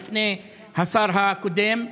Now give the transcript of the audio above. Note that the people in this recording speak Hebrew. בפני השר הקודם,